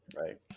Right